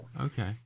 Okay